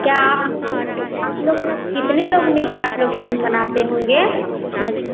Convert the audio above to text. क्या आप लोग जो आप लोग कितने लोग मिल कर आप लोग टीम बनाते होंगे